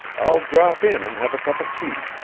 i'll drop in and have a cup of tea,